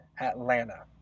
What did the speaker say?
Atlanta